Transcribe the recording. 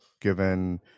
given